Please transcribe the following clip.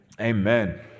Amen